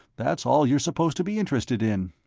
that's all you're supposed to be interested in.